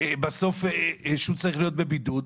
בסוף שהוא צריך להיות בבידוד,